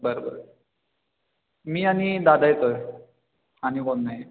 बरं बरं मी आणि दादा येतो आहे आणि कोण नाही